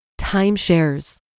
timeshares